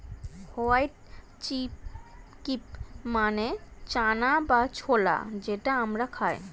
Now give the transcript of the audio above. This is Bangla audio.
হোয়াইট চিক্পি মানে চানা বা ছোলা যেটা আমরা খাই